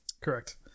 Correct